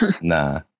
Nah